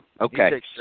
Okay